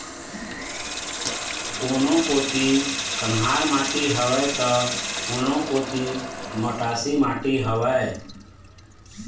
कोनो कोती कन्हार माटी हवय त, कोनो कोती मटासी माटी हवय